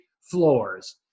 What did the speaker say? floors